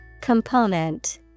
Component